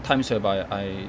times whereby I